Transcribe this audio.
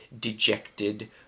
dejected